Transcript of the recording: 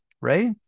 right